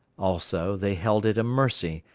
also, they held it a mercy,